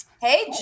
Hey